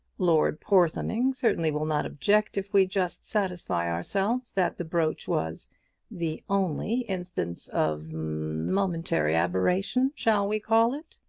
lord porthoning certainly will not object if we just satisfy ourselves that the brooch was the only instance of momentary aberration shall we call it?